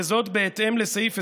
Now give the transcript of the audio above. וזאת בהתאם לסעיף 24(ב)